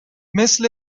مثل